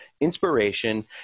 inspiration